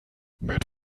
mit